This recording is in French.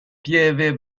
pieve